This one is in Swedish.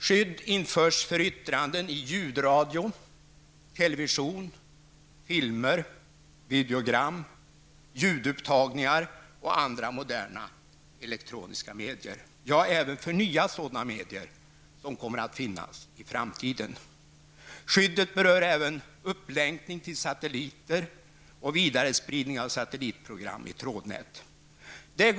Skydd införs för yttranden i ljudradion, television, filmer, videogram, ljudupptagningar och andra moderna elektroniska medier -- ja, även i nya sådana medier som kommer att finnas i framtiden. Skyddet berör även upplänkning till satelliter och vidarespridning av satellitprogram i trådnät.